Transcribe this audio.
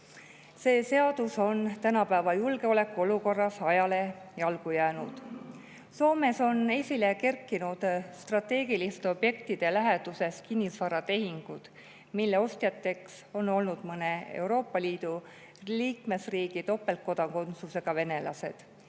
See seadus on tänapäeva julgeolekuolukorras ajale jalgu jäänud. "Soomes on esile kerkinud strateegiliste objektide läheduses oleva kinnisvaraga tehingud, mille ostjateks on olnud mõne Euroopa Liidu liikmesriigi topeltkodakondsusega venelased,"